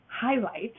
highlight